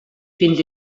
fins